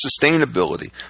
sustainability